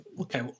Okay